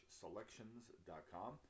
selections.com